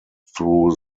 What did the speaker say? through